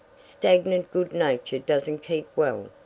stagnant good nature doesn't keep well,